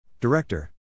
Director